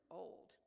old